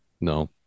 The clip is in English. no